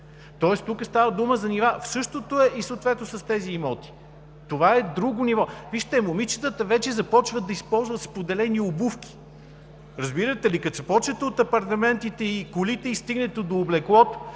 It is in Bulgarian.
тоест тук става дума за нива и съответно същото е с тези имоти. Това е друго ниво. Вижте, момичетата вече започват да използват споделени обувки. Разбирате ли? Като се започне от апартаментите и колите и се стигне до облеклото,